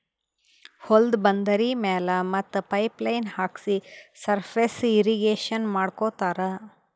ಹೊಲ್ದ ಬಂದರಿ ಮ್ಯಾಲ್ ಮತ್ತ್ ಪೈಪ್ ಲೈನ್ ಹಾಕ್ಸಿ ಸರ್ಫೇಸ್ ಇರ್ರೀಗೇಷನ್ ಮಾಡ್ಕೋತ್ತಾರ್